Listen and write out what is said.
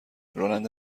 راننده